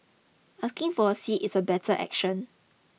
asking for a seat is a better action